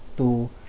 to